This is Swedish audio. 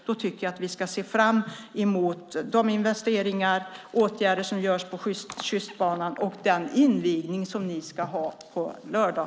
Då tycker jag att vi ska se fram emot de investeringar och åtgärder som görs i fråga om Tjustbanan och den invigning som ni ska ha på lördag.